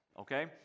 okay